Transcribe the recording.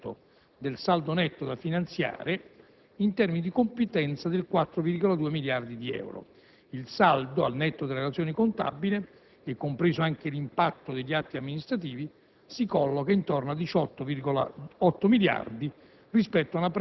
sottoposto all'approvazione di questo ramo del Parlamento, evidenzia un miglioramento del saldo netto da finanziare in termini di competenza di 4,2 miliardi di euro. Il saldo al netto della relazione contabile, e compreso anche l'impatto degli atti amministrativi,